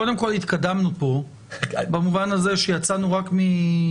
קודם כל התקדמנו פה במובן הזה שיצאנו רק מלוויות